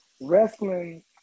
wrestling